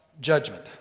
judgment